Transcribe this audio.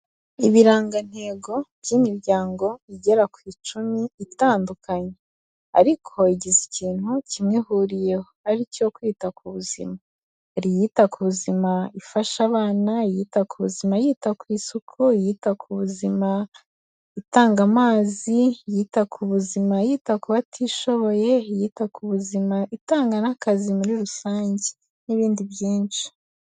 Ibirangantego by'imiryango igera ku icumi itandukanye, ariko igize ikintu kimwe ihuriyeho ari cyo kwita ku buzima iyita ku buzima ifasha abana, iyita ku buzima yita ku isuku, iyita ku buzima itanga amazi, iyita ku buzima yita ku batishoboye, iyita ku buzima itanga n'akazi muri rusange n'ibindi byinshi.